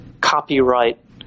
copyright